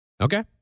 Okay